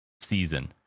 season